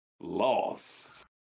lost